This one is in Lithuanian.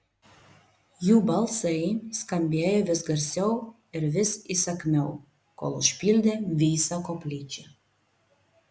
jų balsai skambėjo vis garsiau ir vis įsakmiau kol užpildė visą koplyčią